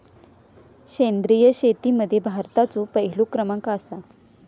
सेंद्रिय शेतीमध्ये भारताचो पहिलो क्रमांक आसा